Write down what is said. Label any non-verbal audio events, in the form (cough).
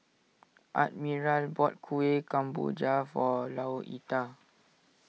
Admiral bought Kuih Kemboja for (noise) Louetta